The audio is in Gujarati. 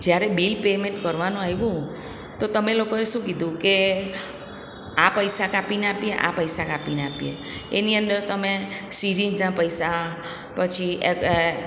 જ્યારે બિલ પેમેન્ટ કરવાનું આવ્યું તો તમે લોકોએ શું કીધું કે આ પૈસા કાપીને આપીએ આ પૈસા કાપીને આપીએ એની અંદર તમે સિરિંજના પૈસા પછી એગઅ